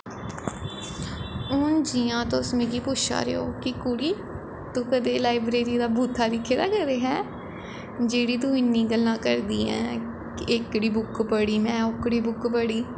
हून जियां तुस मिगी पुच्छा दे ओ कि कुड़ी तूं कदें लाईब्रेरी दा बूत्था दिक्खे दा कदें हैं जेह्ड़ी तूं इन्नी गल्लां करदी ऐ कि एह्कड़ी बुक पढ़ी में ओह्कड़ी बुक पढ़ी